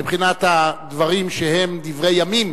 מבחינת הדברים שהם דברי ימים.